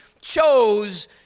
chose